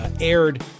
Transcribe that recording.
aired